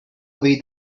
away